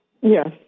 Yes